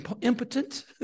impotent